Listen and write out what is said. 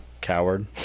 coward